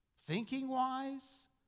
thinking-wise